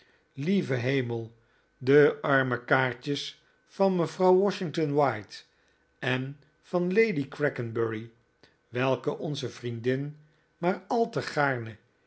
lieve hemel de arme kaartjes van mevrouw washington white en van lady crackenbury welke onze vriendin maar al te gaarne